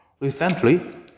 Recently